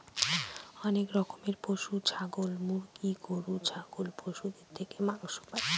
অনেক রকমের পশু মুরগি, গরু, ছাগল পশুদের থেকে মাংস পাই